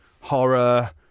horror